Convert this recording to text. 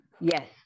Yes